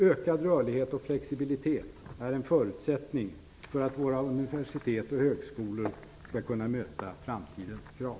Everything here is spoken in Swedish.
Ökad rörlighet och flexibilitet är en förutsättning för att våra universitet och högskolor skall kunna möta framtidens krav.